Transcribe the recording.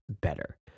better